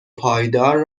پایدار